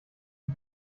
die